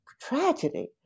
tragedy